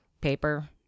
paper